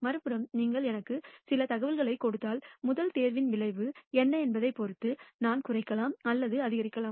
மறுபுறம் நீங்கள் எனக்கு சில தகவல்களைக் கொடுத்தால் முதல் தேர்வின் விளைவு என்ன என்பதைப் பொறுத்து நான் குறைக்கலாம் அல்லது அதிகரிக்கலாம்